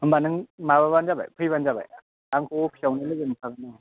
होनबा नों माबाबानो जाबाय फैबानो जाबाय आंखौ अफिसावनो लोगो मोनखागोन नोङो